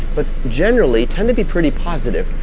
but generally tend to be pretty positive.